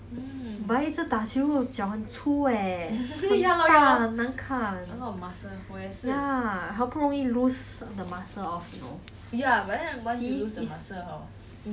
strong eh cause my leg is always the strongest mah then after that like !aiyo! I rather lose it eh too big